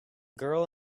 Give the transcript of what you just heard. girl